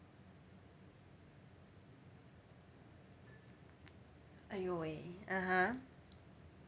!aiyo! eh (uh huh)